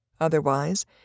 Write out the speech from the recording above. Otherwise